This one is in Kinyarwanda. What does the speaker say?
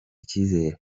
icyizere